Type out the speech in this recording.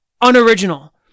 Unoriginal